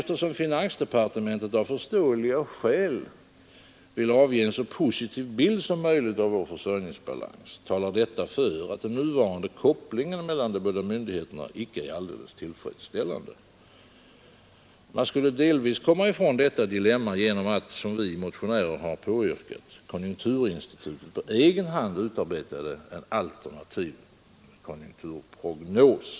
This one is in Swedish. Eftersom finansdepartementet av förståeliga skäl vill avge en så positiv bild som möjligt av vår försörjningsbalans, talar detta för att den nuvarande kopplingen mellan de båda myndigheterna inte är alldeles tillfredsställande. Man skulle delvis komma ifrån detta dilemma genom att, som vi motionärer har påyrkat, konjunkturinstitutet på egen hand utarbetade en alternativ konjunkturprognos.